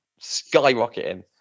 skyrocketing